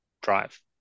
drive